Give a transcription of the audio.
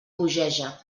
bogeja